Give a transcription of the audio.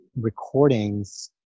recordings